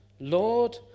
Lord